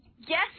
Yes